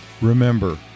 Remember